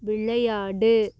விளையாடு